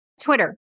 Twitter